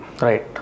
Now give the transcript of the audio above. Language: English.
Right